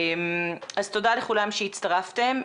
תודה לכולם שהצטרפתם.